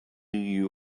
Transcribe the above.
you